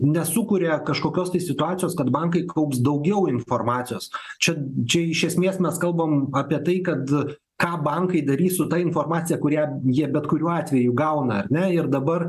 nesukuria kažkokios tai situacijos kad bankai kaups daugiau informacijos čia čia iš esmės mes kalbam apie tai kad ką bankai darys su ta informacija kurią jie bet kuriuo atveju gauna ar ne ir dabar